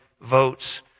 votes